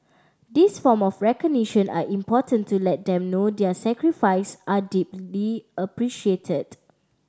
these form of recognition are important to let them know their sacrifice are deeply appreciated